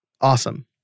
Awesome